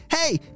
Hey